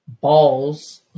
balls